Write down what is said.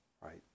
right